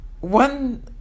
one